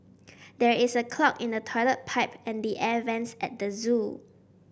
there is a clog in the toilet pipe and the air vents at the zoo